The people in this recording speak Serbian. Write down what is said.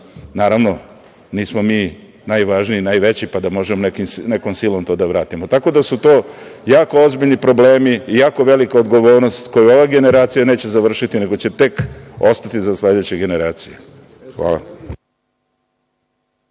Naravno, nismo mi najvažniji, najveći, pa da možemo nekom silom to da vratimo. Tako da su to jako ozbiljni problemi i jako velika odgovornost koju ova generacija neće završiti, nego će tek ostati za sledeće generacije.